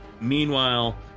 Meanwhile